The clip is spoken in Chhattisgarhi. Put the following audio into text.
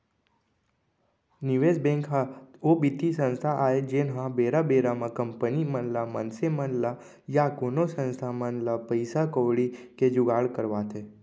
निवेस बेंक ह ओ बित्तीय संस्था आय जेनहा बेरा बेरा म कंपनी मन ल मनसे मन ल या कोनो संस्था मन ल पइसा कउड़ी के जुगाड़ करवाथे